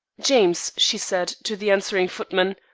james, she said, to the answering footman,